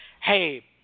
hey